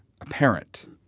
apparent